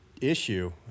issue